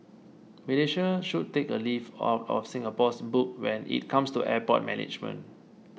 Malaysia should take a leaf out of Singapore's book when it comes to airport management